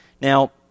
Now